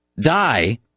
die